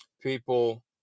people